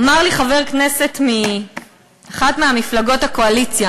אמר לי חבר כנסת מאחת ממפלגות הקואליציה,